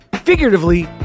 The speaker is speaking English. Figuratively